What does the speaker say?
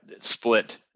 split